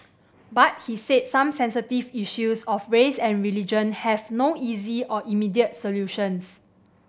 but he said some sensitive issues of race and religion have no easy or immediate solutions